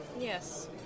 Yes